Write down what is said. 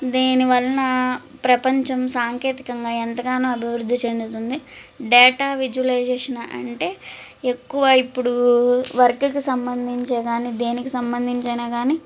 దీనివలన ప్రపంచం సాంకేతికంగా ఎంతగానో అభివృద్ధి చెందుతుంది డేటా విజులైజేషన్ అంటే ఎక్కువ ఇప్పుడు వర్క్కి సంబంధించే అయినా కానీ దేనికి సంబంధించి అయినా కానీ